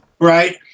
Right